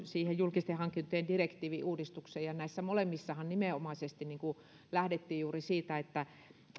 siihen julkisten hankintojen direktiivin uudistukseen ja näissä molemmissahan nimenomaisesti lähdettiin juuri siitä että